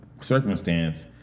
circumstance